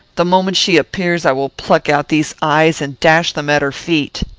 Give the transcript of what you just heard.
the moment she appears i will pluck out these eyes and dash them at her feet.